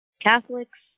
catholics